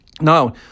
Now